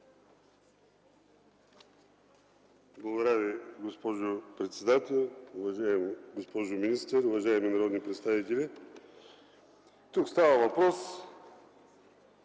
Благодаря Ви, госпожо председател. Уважаема госпожо министър, уважаеми народни представители! Тук става въпрос